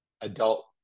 adult